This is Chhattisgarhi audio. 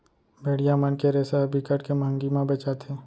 भेड़िया मन के रेसा ह बिकट के मंहगी म बेचाथे